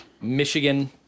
Michigan